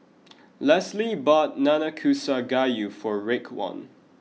Leslee bought Nanakusa Gayu for Raekwon